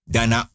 Dana